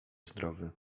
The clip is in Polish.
zdrowy